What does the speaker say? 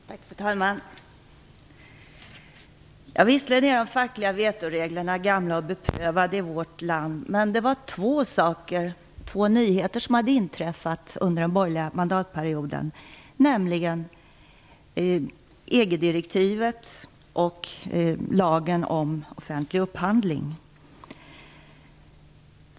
Fru talman! Visserligen är de fackliga vetoreglerna gamla och beprövade i vårt land, men det kom två nyheter under den borgerliga mandatperioden, nämligen EG-direktivet och lagen om offentlig upphandling.